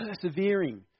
Persevering